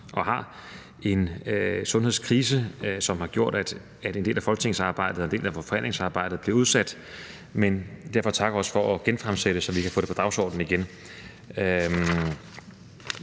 og har, en sundhedskrise, som har gjort, at en del af folketingsarbejdet og en del af forhandlingsarbejdet blev udsat. Men jeg takker også for, at det genfremsættes, så vi kan få det på dagsordenen igen.